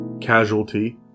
casualty